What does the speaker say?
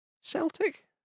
Celtic